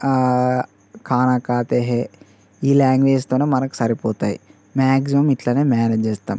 కానా కాతే హై ఈ లాంగ్వేజ్ తోనే మనకు సరిపోతాయి మ్యాక్సిమం ఇలానే మ్యానేజ్ చేస్తాం